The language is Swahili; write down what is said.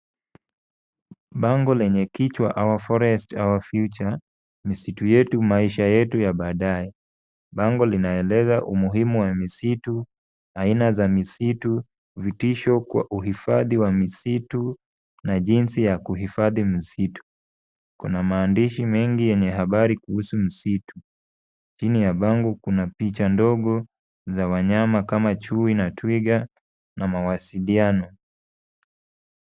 Bango lenye kichwa our forest, our future , misitu yetu, maisha yetu ya baadae. Bango linaeleza umuhimu wa misitu, aina za misitu, vitisho kwa uhifadhi wa misitu na jinsi ya kuhifadhi misitu. Kuna maandishi mengi yenye habari kuhusu msitu, chini ya bango kuna picha ndogo za wanyama kama chui na twiga na mawasiliano.